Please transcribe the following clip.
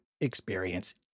experience